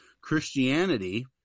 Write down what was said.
Christianity